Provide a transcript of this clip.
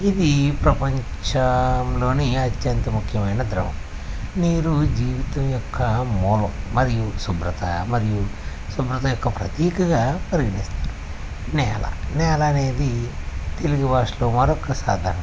ఇది ప్రపంచంలోని అత్యంత ముఖ్యమైన ద్రవం నీరు జీవితం యొక్క మూలం మరియు శుభ్రత మరియు శుభ్రత యొక్క ప్రతీకగా పరిగణిస్తారు నేల నేల అనేది తెలుగు భాషలో మరొక సాధారణ పదం